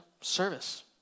service